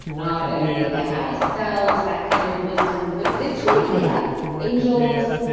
not only their highest selves, that kind of wisdom but literally yeah angels,